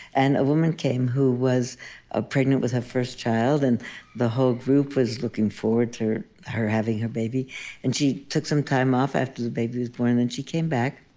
and a woman came who was ah pregnant with her first child, and the whole group was looking forward to her having her baby and she took some time off after the baby was born and then she came back,